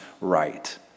right